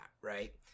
right